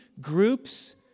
groups